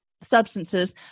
substances